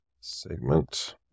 segment